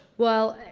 well,